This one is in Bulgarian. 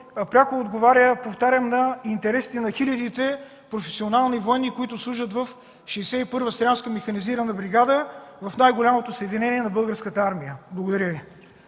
пряко отговаря, повтарям, на интересите на хилядите професионални военни, които служат в 61-ва Стрямска механизирана бригада, в най-голямото съединение на Българската армия. Благодаря Ви.